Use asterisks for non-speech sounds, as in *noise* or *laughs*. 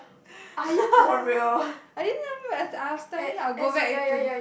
*laughs* I didn't tell you I was telling you I will go back to